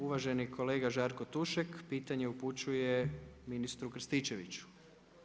Uvaženi kolega Žarko Tušek pitanje upućuje ministru Krstičeviću.